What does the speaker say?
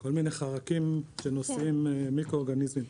כל מיני חרקים שנושאים מיקרואורגניסמים.